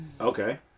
Okay